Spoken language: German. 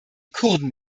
kurden